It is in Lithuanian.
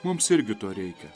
mums irgi to reikia